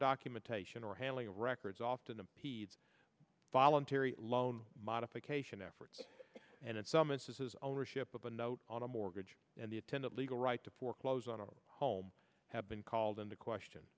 documentation or handling of records often impedes voluntary loan modification efforts and in some instances ownership of a note on a mortgage and the attendant legal right to foreclose on a home have been called into question